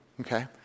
okay